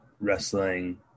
wrestling